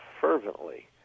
fervently